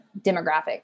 demographic